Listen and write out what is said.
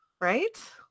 Right